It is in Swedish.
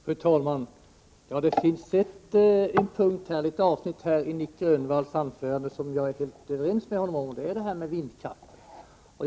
Fru talman! Det finns ett avsnitt i Nic Grönvalls anförande som jag är helt överens med honom om, och det är det där han talar om vindkraften.